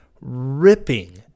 ripping